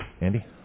Andy